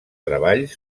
treballs